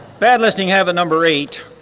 bad listening habit number eight